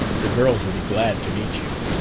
the girls will be glad to meet you.